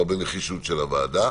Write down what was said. אבל בנחישות של הוועדה.